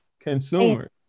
consumers